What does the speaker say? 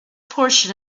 portion